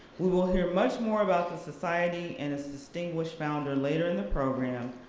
we will hear much more about the society and its distinguished founder later in the program,